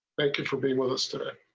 thank you for being with us today.